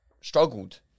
struggled